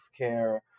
healthcare